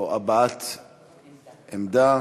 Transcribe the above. או הבעת עמדה.